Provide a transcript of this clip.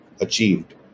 achieved